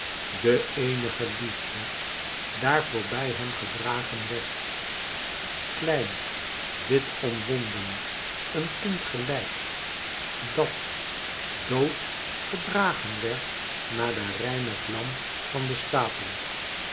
de éenige liefde daar voorbij hem gedragen werd klein wit omwonden een kind gelijk dat dood gedragen werd naar de reine vlam van den stapel